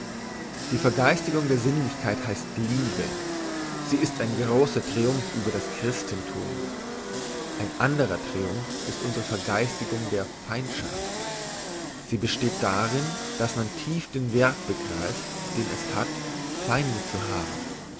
die vergeistigung der sinnlichkeit heisst liebe sie ist ein grosser triumph über das christenthum ein andrer triumph ist unsre vergeistigung der feindschaft sie besteht darin dass man tief den werth begreift den es hat feinde zu haben